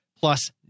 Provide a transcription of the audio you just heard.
plus